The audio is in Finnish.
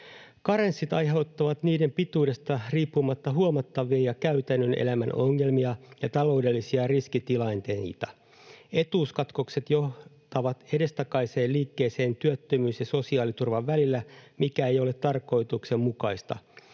Karenssit aiheuttavat niiden pituudesta riippumatta huomattavia käytännön elämän ongelmia ja taloudellisia riskitilanteita. Etuuskatkokset johtavat edestakaiseen liikkeeseen työttömyys- ja sosiaaliturvan välillä, mikä ei ole tarkoituksenmukaista.